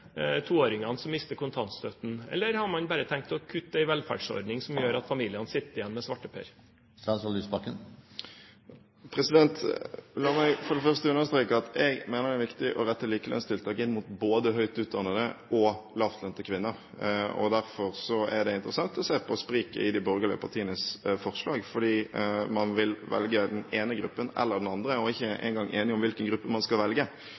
toåringene som mister kontantstøtten, eller har man bare tenkt å kutte en velferdsordning, som gjør at familiene vil sitte igjen med svarteper? La meg for det første understreke at jeg mener det er viktig å rette likelønnstiltak inn mot både høyt utdannede og lavtlønte kvinner. Derfor er det interessant å se på spriket i de borgerlige partienes forslag, for man vil velge enten den ene gruppen eller den andre, og man er ikke engang enige om hvilken gruppe man skal velge.